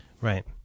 Right